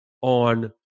on